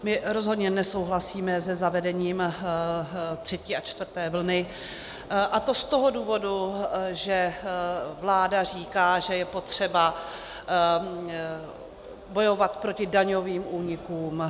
My rozhodně nesouhlasíme se zavedením třetí a čtvrté vlny, a to z toho důvodu, že vláda říká, že je potřeba bojovat proti daňovým únikům.